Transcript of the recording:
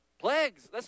Plagues